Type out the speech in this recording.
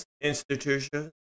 institutions